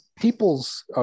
people's